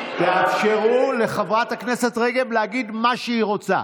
תאפשרו לחברת הכנסת רגב להגיד מה שהיא רוצה.